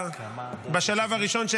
בשלב הראשון,